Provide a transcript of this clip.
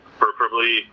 Preferably